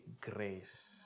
grace